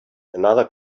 another